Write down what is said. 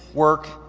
work,